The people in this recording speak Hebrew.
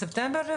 בספטמבר?